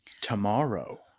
tomorrow